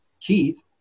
Keith